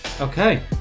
Okay